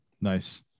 nice